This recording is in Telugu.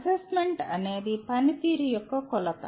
అసెస్మెంట్ అనేది పనితీరు యొక్క కొలత